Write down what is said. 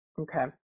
Okay